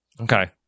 Okay